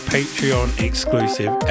Patreon-exclusive